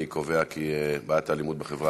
אני קובע כי הנושא בעיית האלימות בחברה